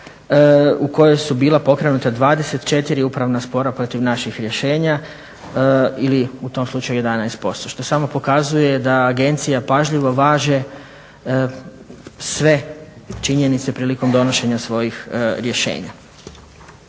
u kojoj su bila pokrenuta 24 upravna spora protiv naših rješenja ili u tom slučaju 11%. Što samo pokazuje da agencija pažljivo važe sve činjenice prilikom donošenja svojih rješenja.